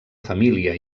família